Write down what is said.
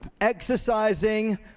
exercising